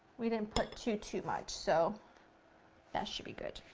we didn't put too, too much, so that should be good.